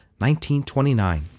1929